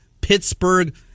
Pittsburgh